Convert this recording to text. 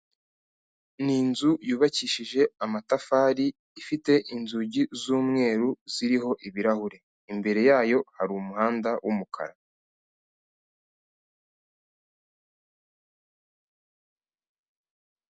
Ni inzu yubakishije amatafari ifite inzugi z'umweru ziriho ibirahuri. Imbere yayo hari umuhanda w'umukara.